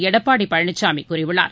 எடப்பாடி பழனிசாமி கூறியுள்ளார்